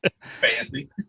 Fancy